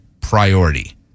priority